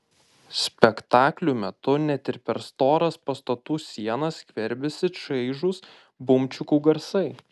spektaklių metu net ir per storas pastatų sienas skverbiasi čaižūs bumčikų garsai